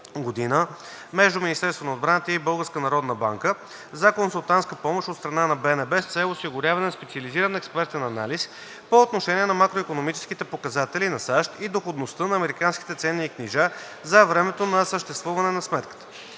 между Министерството на отбраната и Българската народна банка за консултантска помощ от страна на БНБ с цел осигуряване на специализиран експертен анализ по отношение на макроикономическите показатели на САЩ и доходността на американските ценни книжа за времето на съществуване на сметката.